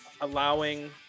allowing